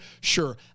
Sure